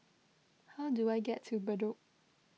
how do I get to Bedok